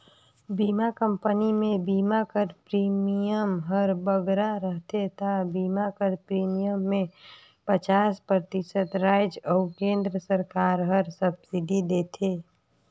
बीमा कंपनी में बीमा कर प्रीमियम हर बगरा रहथे ता बीमा कर प्रीमियम में पचास परतिसत राएज अउ केन्द्र सरकार हर सब्सिडी देथे